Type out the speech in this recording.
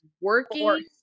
working